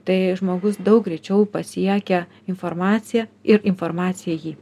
tai žmogus daug greičiau pasiekia informaciją ir informacija jį